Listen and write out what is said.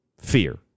fear